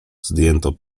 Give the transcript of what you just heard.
zdjętą